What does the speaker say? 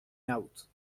نبود